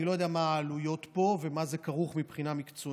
אני לא יודע מה העלויות פה ובמה זה כרוך מבחינה מקצועית,